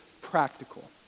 practical